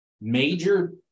major